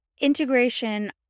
Integration